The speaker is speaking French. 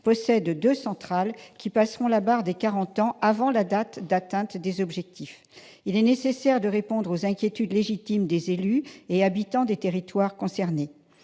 possède deux centrales, qui passeront la barre des quarante ans avant la date d'atteinte des objectifs. Il est nécessaire de répondre aux inquiétudes légitimes des élus et habitants des territoires concernés.